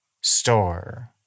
store